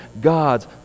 God's